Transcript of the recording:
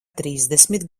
trīsdesmit